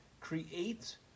create